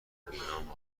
بینام